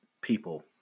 people